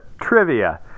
trivia